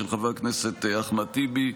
של חבר הכנסת אחמד טיבי,